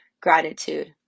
gratitude